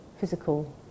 physical